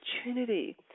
opportunity